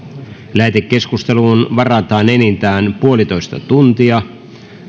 lähetekeskusteluun varataan enintään yksi pilkku viisi tuntia